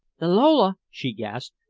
the lola! she gasped,